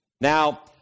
Now